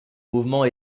mouvement